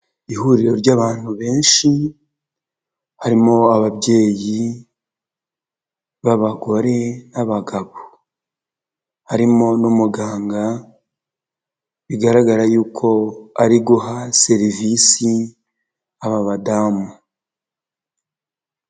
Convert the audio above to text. Ihuriro ry'abantu benshi harimo ababyeyi b'abagore, n'abagabo. Harimo n'umuganga bigaragara yuko ari guha serivisi aba badamu.